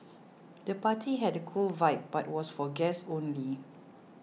the party had a cool vibe but was for guests only